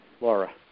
Laura